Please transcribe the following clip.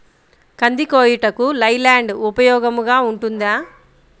కంది కోయుటకు లై ల్యాండ్ ఉపయోగముగా ఉంటుందా?